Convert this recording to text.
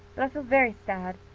but i feel very sad.